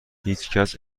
هیچکس